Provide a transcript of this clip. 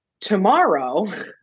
tomorrow